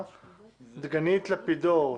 לגבי אלה שנכללים